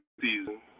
season